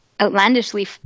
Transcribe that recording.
outlandishly